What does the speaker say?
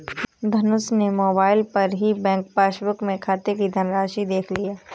धनुष ने मोबाइल पर ही बैंक पासबुक में खाते की धनराशि देख लिया